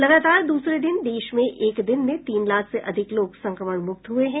लगातार दूसरे दिन देश में एक दिन में तीन लाख से अधिक लोग संक्रमण मुक्त हुए हैं